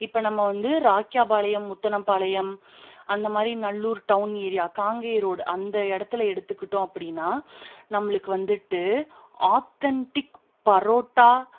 இப்போ நம்ம வந்து ராக்கியாபாளையம் முத்தனம்பாளையம் அந்தமாதிரி Nallur town area Kangeyam road அந்த இடத்துல எடுத்துக்கிட்டோம் அப்படின்னா நம்மளுக்கு வந்துட்டு ஆத்தன்டிக் பரோட்டா